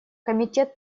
комитет